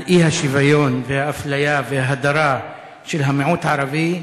האי-שוויון והאפליה וההדרה של המיעוט הערבי,